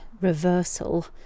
reversal